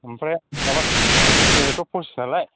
ओमफाय माबा दिनैथ' फसिस नालाय